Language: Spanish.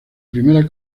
primera